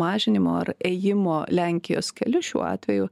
mažinimo ar ėjimo lenkijos keliu šiuo atveju